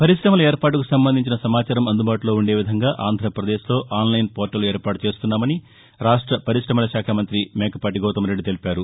పర్కొశమల ఏర్పాటుకు సంబంధించిన సమాచారం అందుబాటులో ఉందే విధంగా ను ఆంధ్రప్రదేశ్లో ఆన్లైన్ పోర్టల్ ఏర్పాటు చేస్తున్నామని రాష్ట్ర పరిశమల శాఖ మంత్రి మేకపాటి గౌతమ్రెడ్డి తెలిపారు